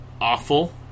awful